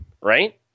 right